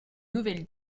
nouvelle